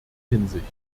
hinsicht